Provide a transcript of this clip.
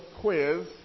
quiz